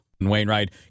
Wainwright